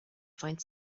find